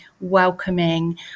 welcoming